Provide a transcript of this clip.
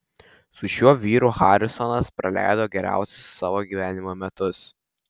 su šiuo vyru harisonas praleido geriausius savo gyvenimo metus